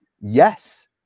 Yes